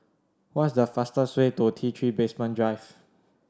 what is the fastest way to T Three Basement Drive